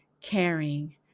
caring